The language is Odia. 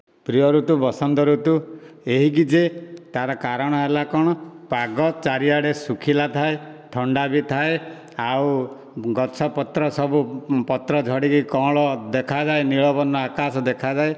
ପ୍ରିୟ ଋତୁ ବସନ୍ତ ଋତୁ ଏହିକି ଯେ ତାର କାରଣ ହେଲା କ'ଣ ପାଗ ଚାରିଆଡେ ଶୁଖିଲା ଥାଏ ଥଣ୍ଡା ବି ଥାଏ ଆଉ ଗଛପତ୍ର ସବୁ ପତ୍ର ଝଡିକି କଁଅଳ ଦେଖାଯାଏ ନୀଳବର୍ଣ୍ଣ ଆକାଶ ଦେଖାଯାଏ